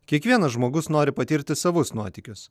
kiekvienas žmogus nori patirti savus nuotykius